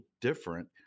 different